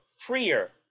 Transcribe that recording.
freer